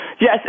Yes